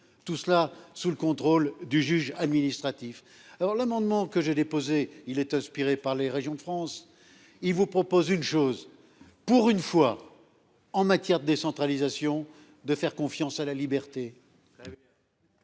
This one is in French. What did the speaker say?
tout cela sous le contrôle du juge administratif. Alors l'amendement que j'ai déposé. Il est inspiré par les régions de France. Il vous propose une chose pour une fois en matière de décentralisation, de faire confiance à la liberté.